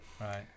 Right